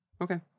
Okay